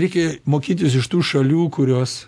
reikia mokintis iš tų šalių kurios